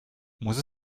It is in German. muss